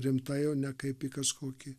rimtai o ne kaip į kažkokį